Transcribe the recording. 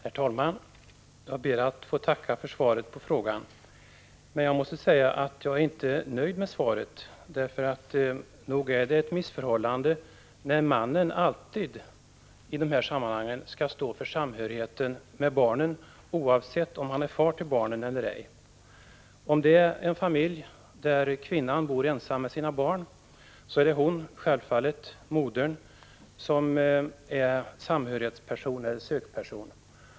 Prot. 1985/86:27 Herr talman! Jag ber att få tacka för svaret på min fråga, men jag måste 14 november 1985 säga att jag inte är nöjd med svaret. Nog är det ett missförhållande när mannen alltid i dessa sammanhang skall Red EE AS 2 stå för samhörigheten med barnet, oavsett om han är far till barnet eller ej. I RE eAfvån vinstdelningsskatt en familj där modern bor ensam med sina barn är det självfallet hon som är samhörighetsperson eller anknytningsperson.